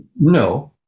No